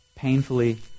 painfully